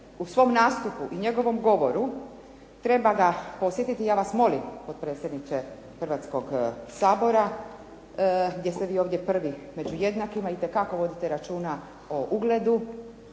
u svom nastupu i njegovom govoru treba ga podsjetiti, ja vas molim potpredsjedniče Hrvatskog sabora, jer ste vi ovdje prvi među jednakima itekako vodite računa o ugledu